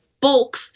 bulk